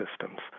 systems